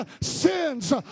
sins